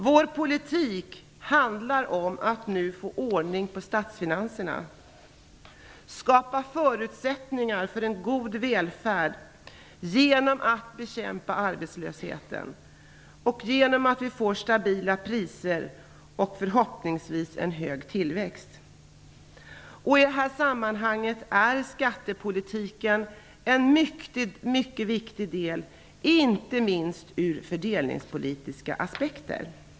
Vår politik handlar om att nu få ordning på statsfinanserna, skapa förutsättningar för en god välfärd genom att bekämpa arbetslösheten och genom att vi får stabila priser och förhoppningsvis en hög tillväxt. I det här sammanhanget är skattepolitiken en mycket viktig del, inte minst ur fördelningspolitiska aspekter.